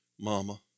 mama